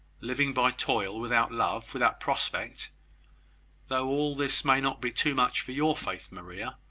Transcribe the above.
living by toil, without love, without prospect though all this may not be too much for your faith, maria,